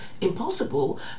impossible